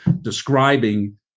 describing